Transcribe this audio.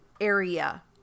area